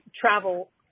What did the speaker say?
travel